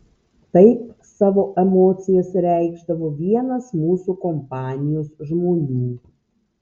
taip savo emocijas reikšdavo vienas mūsų kompanijos žmonių